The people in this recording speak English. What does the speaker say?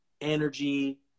energy